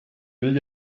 will